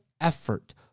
effort